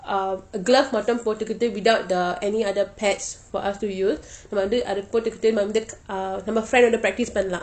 um glove மட்டும் போட்டுக்கிட்டு:mattum pottukittu without the any other pads for us to use நாம் அது வந்து போட்டுக்கிட்டு வந்து:naam athu vanthu pottukittu vanthu uh நம்ம:namma friend ஓடு:odu practice பன்னலாம்:pannalam